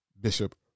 Bishop